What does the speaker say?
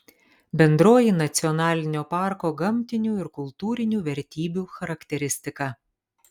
bendroji nacionalinio parko gamtinių ir kultūrinių vertybių charakteristika